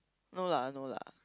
no lah no lah